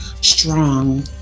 strong